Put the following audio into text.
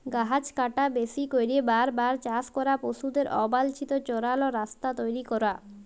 গাহাচ কাটা, বেশি ক্যইরে বার বার চাষ ক্যরা, পশুদের অবাল্ছিত চরাল, রাস্তা তৈরি ক্যরা